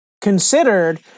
considered